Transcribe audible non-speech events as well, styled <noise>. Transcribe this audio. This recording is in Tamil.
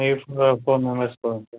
<unintelligible>